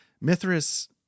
Mithras